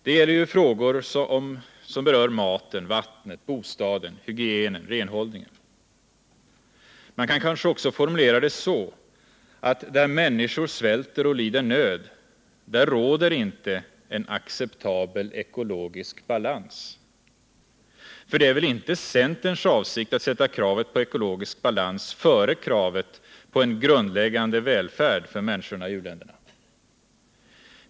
Det är frågor som gäller maten, vattnet, bostaden, hygienen och renhållningen. Man kan kanske också formulera det så, att där människor svälter och lider nöd råder inte en acceptabel ekologisk balans. För det är väl inte centerns avsikt att sätta kravet på ekologisk balans före kravet på en grundläggande välfärd för människorna i u-länderna?